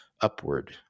upward